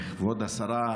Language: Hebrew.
כבוד השרה,